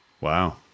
Wow